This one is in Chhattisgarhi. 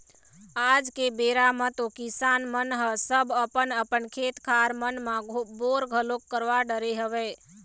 आज के बेरा म तो किसान मन ह सब अपन अपन खेत खार मन म बोर घलोक करवा डरे हवय